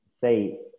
say